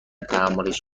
تحملش